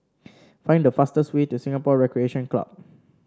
find the fastest way to Singapore Recreation Club